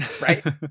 right